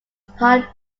pine